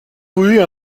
voulut